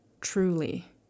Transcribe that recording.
truly